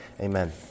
Amen